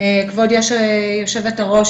כבוד יושבת הראש,